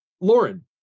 Lauren